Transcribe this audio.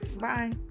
Bye